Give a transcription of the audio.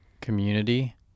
community